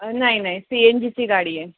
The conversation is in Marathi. नाही नाही सी एन जीची गाडी आहे